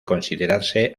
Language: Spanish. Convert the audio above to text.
considerarse